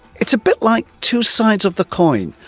it's a bit like two sides of the coin.